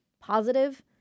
positive